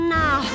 now